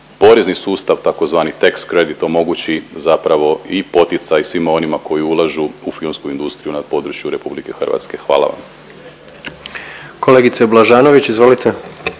porezni sustav tzv. techs credit omogući zapravo i poticaj svima onima koji ulažu u filmsku industriju na području RH. Hvala vam. **Jandroković, Gordan (HDZ)** Kolegice Blažanović izvolite.